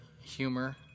humor